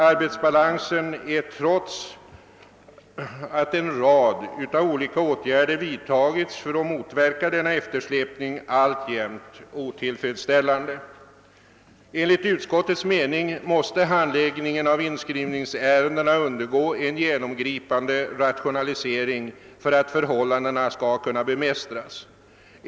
Arbetsbalansen är, trots att en rad olika åtgärder vidtagits för att motverka denna eftersläpning, alltjämt otillfredsställande. Enligt utskottets mening måste handläggningen av inskrivningsärenden underkastas en genomgripande rationalisering för att förhållandena skall kunna bemästras.